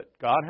God